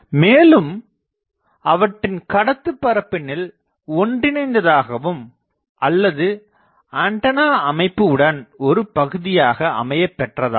மேலும் அவற்றின் கடத்துபரப்பினுள் ஒன்றினைந்ததாகவும் அல்லது ஆண்டனா அமைப்பு உடன் ஒரு பகுதியாக அமையப் பெற்றதாகும்